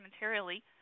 materially